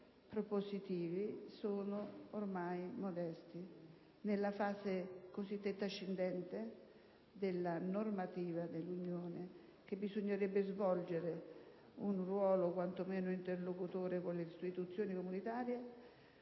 propositivi sono ormai modesti. È nella fase cosiddetta ascendente della normativa dell'Unione che bisognerebbe svolgere un ruolo quanto meno interlocutorio con le istituzioni comunitarie: